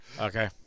Okay